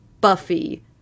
Buffy